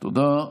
תודה.